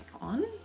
on